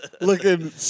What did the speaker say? looking